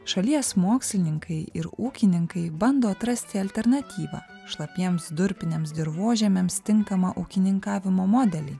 šalies mokslininkai ir ūkininkai bando atrasti alternatyvą šlapiems durpiniams dirvožemiams tinkamą ūkininkavimo modelį